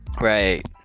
Right